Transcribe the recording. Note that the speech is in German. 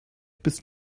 bis